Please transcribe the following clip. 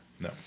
no